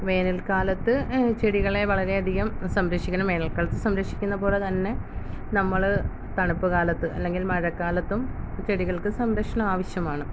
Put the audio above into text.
വേനൽക്കാലത്ത് ചെടികളെ വളരെയധികം സംരക്ഷിക്കണം വേനൽ കാലത്ത് സംരക്ഷിക്കുന്ന പോലെ തന്നെ നമ്മൾ തണുപ്പ് കാലത്ത് അല്ലെങ്കിൽ മഴക്കാലത്തും ചെടികൾക്ക് സംരക്ഷണം ആവശ്യമാണ്